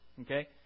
okay